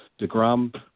DeGrom